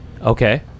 Okay